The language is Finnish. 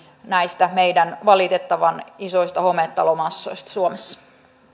näistä meidän valitettavan isoista hometalomassoista suomessa